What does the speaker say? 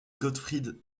gottfried